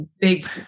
big